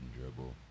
dribble